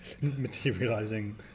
materializing